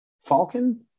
Falcon